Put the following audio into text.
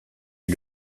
est